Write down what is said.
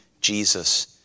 Jesus